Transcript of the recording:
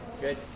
Good